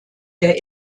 der